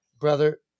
Brother